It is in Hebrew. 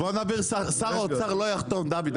שר האוצר לא יחתום דוד.